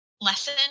lesson